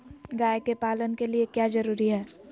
गाय के पालन के लिए क्या जरूरी है?